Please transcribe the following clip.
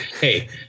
hey